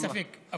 אין ספק.